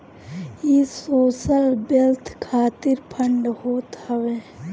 इ social wealth खातिर fund होत हवे